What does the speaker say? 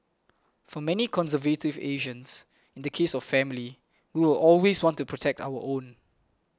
for many conservative Asians in the case of family we will always want to protect our own